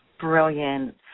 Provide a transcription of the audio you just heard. brilliant